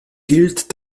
gilt